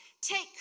Take